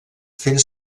fent